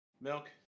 Milk